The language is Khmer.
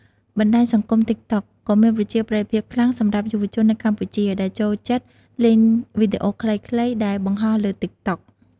បណ្ដាញសង្គម តិកតុក ក៏មានប្រជាប្រិយភាពខ្លាំងសម្រាប់យុវជននៅកម្ពុជា ដែលចូលចិត្តលេងវីដេអូខ្លីៗដែលបង្ហោះលើ តិកតុក។